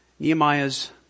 Nehemiah's